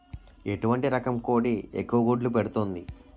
ఎటువంటి రకం కోడి ఎక్కువ గుడ్లు పెడుతోంది?